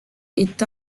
est